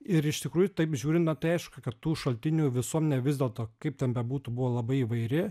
ir iš tikrųjų taip žiūrint na tai aišku kad tų šaltinių visuomenė vis dėlto kaip ten bebūtų buvo labai įvairi